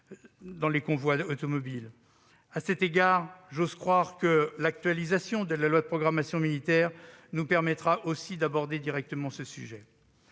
de convois automobiles ? À cet égard, j'ose croire que l'actualisation de la loi de programmation militaire nous permettra aussi d'aborder directement ce sujet.